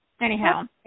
Anyhow